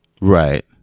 Right